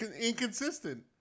Inconsistent